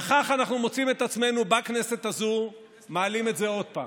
וכך אנחנו מוצאים את עצמנו בכנסת הזאת מעלים את זה עוד פעם,